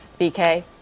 BK